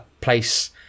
place